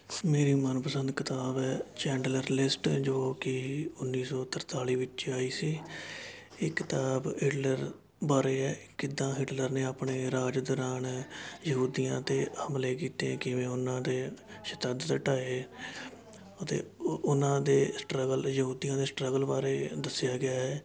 ਮੇਰੀ ਮਨਪਸੰਦ ਕਿਤਾਬ ਹੈ ਚੈਂਡਲਰ ਲਿਸਟ ਜੋ ਕਿ ਉਨੀ ਸੌ ਤਰਤਾਲੀ ਵਿੱਚ ਆਈ ਸੀ ਇਹ ਕਿਤਾਬ ਹਿਟਲਰ ਬਾਰੇ ਹੈ ਕਿੱਦਾਂ ਹਿਟਲਰ ਨੇ ਆਪਣੇ ਰਾਜ ਦੌਰਾਨ ਯਹੂਦੀਆਂ 'ਤੇ ਹਮਲੇ ਕੀਤੇ ਕਿਵੇਂ ਉਹਨਾਂ ਦੇ ਤਸ਼ੱਦਦ ਢਾਏ ਅਤੇ ਉ ਉਹਨਾਂ ਦੇ ਸਟ੍ਰੱਗਲ ਯਹੂਦੀਆਂ ਦੇ ਸਟ੍ਰੱਗਲ ਬਾਰੇ ਦੱਸਿਆ ਗਿਆ ਹੈ